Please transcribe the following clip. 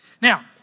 Now